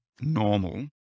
normal